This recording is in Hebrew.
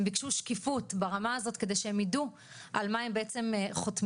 הם ביקשו שקיפות ברמה הזאת כדי שהם יידעו על מה הם בעצם חותמים.